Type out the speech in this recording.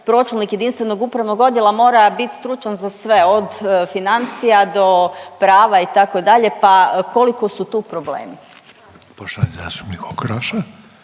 pročelnik jedinstvenog upravnog odjela mora bit stručan za sve od financija do prava itd., pa koliko su tu problemi. **Reiner,